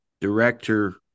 director